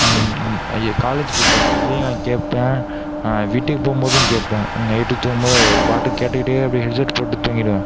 என் college பஸ்லேயும் நான் கேட்பேன் வீட்டுக்கு போகும்போதும் கேட்பேன் நைட்டு தூங்கும்போது அவரோட பாட்டு கேட்டுக்கிட்டே அப்டியே ஹெட்செட் போட்டுட்டு தூங்கிடுவேன்